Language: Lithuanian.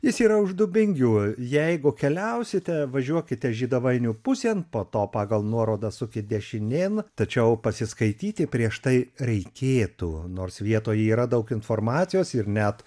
jis yra už dubingių jeigu keliausite važiuokite žydavainių pusėn po to pagal nuorodą sukit dešinėn tačiau pasiskaityti prieš tai reikėtų nors vietoj yra daug informacijos ir net